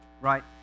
right